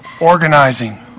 organizing